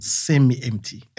semi-empty